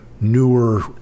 newer